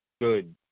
Good